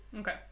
Okay